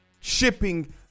Shipping